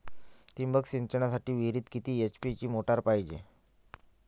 ठिबक सिंचनासाठी विहिरीत किती एच.पी ची मोटार पायजे?